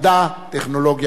טכנולוגיה וחקלאות.